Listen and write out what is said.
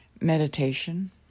meditation